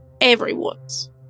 Everyone's